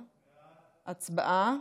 הצבעה.